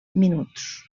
minuts